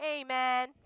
Amen